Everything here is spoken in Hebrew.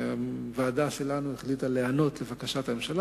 והוועדה שלנו החליטה להיענות לבקשת הממשלה